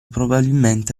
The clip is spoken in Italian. probabilmente